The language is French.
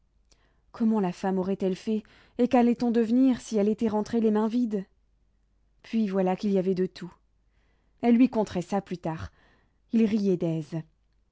comment la femme aurait-elle fait et quallait on devenir si elle était rentrée les mains vides puis voilà qu'il y avait de tout elle lui conterait ça plus tard il riait